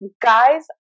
Guys